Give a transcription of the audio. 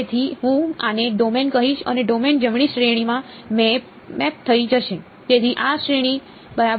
તેથી હું આને ડોમેન કહીશ અને ડોમેન જમણી શ્રેણીમાં મેપ થઈ જશે તેથી આ શ્રેણી બરાબર છે